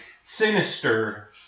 sinister